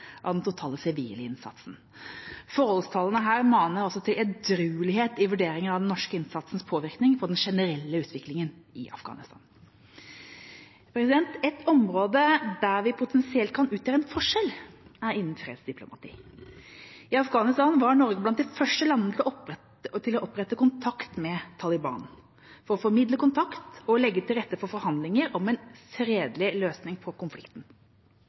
av den totale sivile innsatsen. Forholdstallene maner altså til edruelighet i vurderingen av den norske innsatsens påvirkning på den generelle utviklingen i Afghanistan. Et område der vi potensielt kan utgjøre en forskjell, er innen fredsdiplomati. I Afghanistan var Norge blant de første landene til å opprette kontakt med Taliban – for å formidle kontakt og legge til rette for forhandlinger om en fredelig løsning på konflikten.